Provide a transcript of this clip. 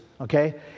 okay